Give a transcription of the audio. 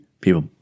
people